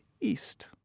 east